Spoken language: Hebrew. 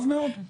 טוב מאוד.